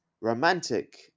romantic